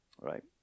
Right